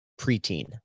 preteen